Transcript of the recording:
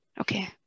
Okay